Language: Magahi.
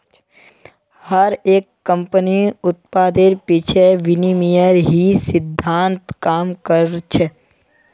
हर एक कम्पनीर उत्पादेर पीछे विनिमयेर ही सिद्धान्त काम कर छे